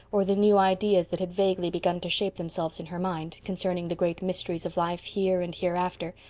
or the new ideas that had vaguely begun to shape themselves in her mind, concerning the great mysteries of life here and hereafter,